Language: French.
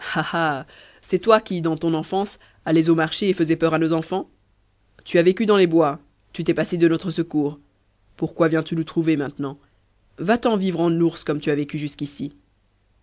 c'est toi qui dans ton enfance allais au marché et faisais peur à nos enfants tu as vécu dans les bois tu t'es passé de notre secours pourquoi viens-tu nous trouver maintenant va-t'en vivre en ours comme tu as vécu jusqu'ici